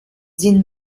sind